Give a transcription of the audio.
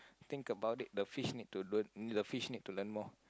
think about it the fish need to learn the fish need to learn more